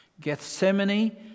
Gethsemane